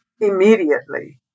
immediately